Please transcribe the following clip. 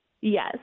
Yes